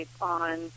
on